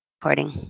recording